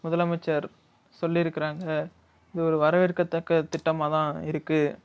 முதலமைச்சர் சொல்லிருக்குறாங்க இது ஒரு வரவேற்கத்தக்க திட்டமாகதான் இருக்கு